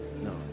no